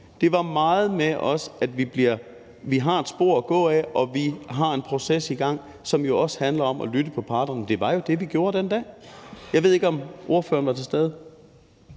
Det var meget med, at vi har et spor at gå ad, og at vi har en proces i gang, som jo også handler om at lytte til parterne. Det var jo det, vi gjorde den dag. Jeg ved ikke, om fru Mai Mercado var til stede.